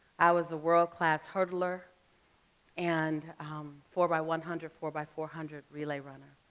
i was a world-class hurdler and four by one hundred, four by four hundred relay runner.